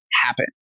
happen